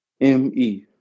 M-E